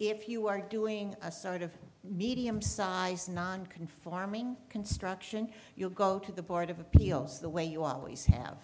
if you are doing a sort of medium size non conforming construction you'll go to the board of appeals the way you always have